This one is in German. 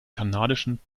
kanadischen